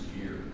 year